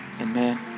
Amen